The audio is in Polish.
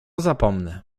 zapomnę